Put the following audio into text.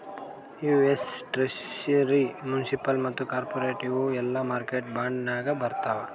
US treasury, municipal ಮತ್ತ corporate ಇವು ಎಲ್ಲಾ ಮಾರ್ಕೆಟ್ ಬಾಂಡ್ ನಾಗೆ ಬರ್ತಾವ್